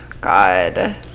god